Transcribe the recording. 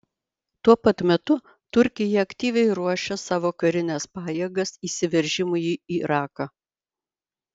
tuo pat metu turkija aktyviai ruošia savo karines pajėgas įsiveržimui į iraką